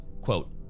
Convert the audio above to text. quote